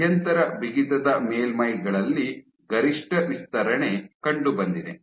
ಮಧ್ಯಂತರ ಬಿಗಿತದ ಮೇಲ್ಮೈಗಳಲ್ಲಿ ಗರಿಷ್ಠ ವಿಸ್ತರಣೆ ಕಂಡುಬಂದಿದೆ